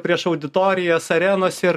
prieš auditorijas arenose ir